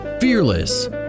fearless